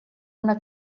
una